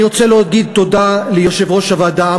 אני רוצה להגיד תודה ליושב-ראש הוועדה,